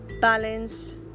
balance